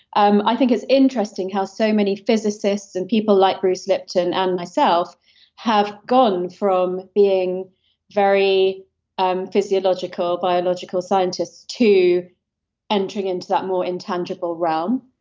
um i think it's interesting how so many physicists and people like bruce lipton and myself have gone from being very um physiological, biological scientists to entering into that more intangible realm.